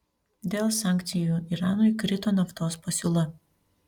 dėl sankcijų iranui krito naftos pasiūla